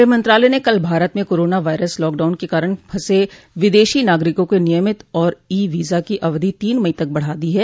गृह मंत्रालय ने कल भारत में कोरोना वायरस लॉकडाउन के कारण फंसे विदेशी नागरिकों के नियमित और ई वीजा की अवधि तीन मई तक बढ़ा दी है